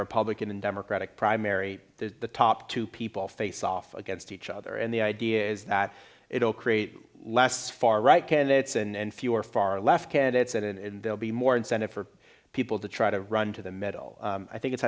republican and democratic primary the top two people face off against each other and the idea is that it will create less far right candidates and fewer far left candidates and they'll be more incentive for people to try to run to the middle i think it's